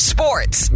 Sports